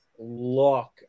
look